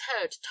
heard